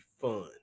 fun